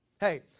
Hey